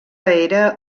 era